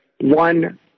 one